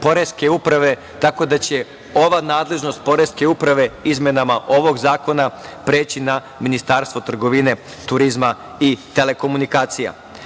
tako da će ova nadležnost poreske uprava, izmenama ovog zakona, preći na Ministarstvo trgovine, turizma i telekomunikacija. Pred